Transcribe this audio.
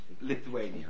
Lithuania